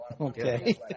Okay